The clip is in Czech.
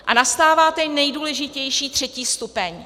A nastává ten nejdůležitější, třetí stupeň.